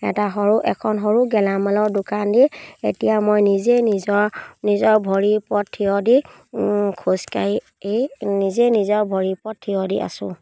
এটা সৰু এখন সৰু গেলামালৰ দোকান দি এতিয়া মই নিজে নিজৰ নিজৰ ভৰিৰ ওপৰত থিয় দি খোজকাঢ়ি নিজে নিজৰ ভৰিৰ ওপৰত থিয় দি আছোঁ